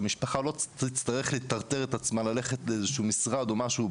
כדי שהמשפחה לא תצטרף לטרטר את עצמה ללכת לאיזשהו משרד או משהו.